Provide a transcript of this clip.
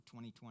2020